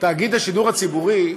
תאגיד השידור הציבורי,